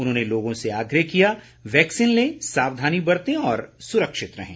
उन्होंने लोगों से आग्रह किया वैक्सीन लें सावधानी बरतें और सुरक्षित रहें